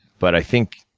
but, i think